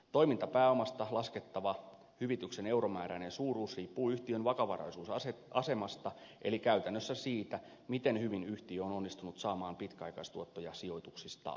toimintapääomasta laskettava hyvityksen euromääräinen suuruus riippuu yhtiön vakavaraisuusasemasta eli käytännössä siitä miten hyvin yhtiö on onnistunut saamaan pitkäaikaistuottoja sijoituksistaan